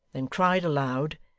then cried aloud,